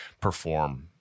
perform